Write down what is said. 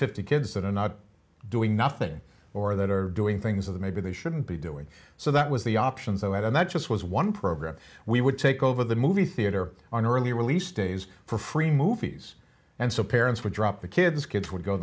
fifty kids that are not doing nothing or that are doing things of the maybe they shouldn't be doing so that was the options i had and that just was one program we would take over the movie theater on early release days for free movies and so parents would drop the kids kids would go